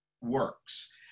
works